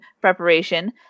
preparation